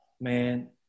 man